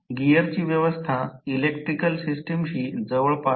सामान्य चालू स्थितीत 3 ब्रशेस शॉर्ट सर्किट केले जातात